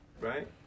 Right